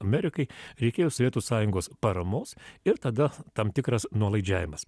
amerikai reikėjo sovietų sąjungos paramos ir tada tam tikras nuolaidžiavimas